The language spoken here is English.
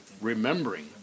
Remembering